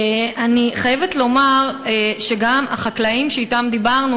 אני חייבת לומר שגם החקלאים שאתם דיברנו